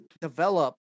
develop